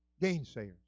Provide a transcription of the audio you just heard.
gainsayers